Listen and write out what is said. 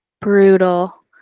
Brutal